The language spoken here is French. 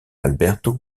alberto